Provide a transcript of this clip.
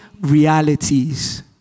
realities